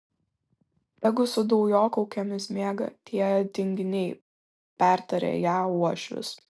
tegu su dujokaukėmis miega tie tinginiai pertarė ją uošvis